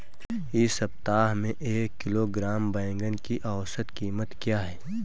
इस सप्ताह में एक किलोग्राम बैंगन की औसत क़ीमत क्या है?